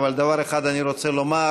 אבל דבר אחד אני רוצה לומר: